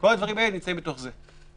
כל הדברים האלה נמצאים בתוך זה.